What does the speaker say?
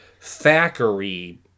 Thackeray